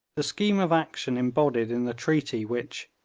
the scheme of action embodied in the treaty which,